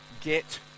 Get